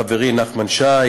חברי נחמן שי,